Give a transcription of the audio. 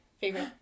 favorite